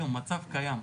היום, מצב קיים.